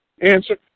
answer